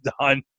done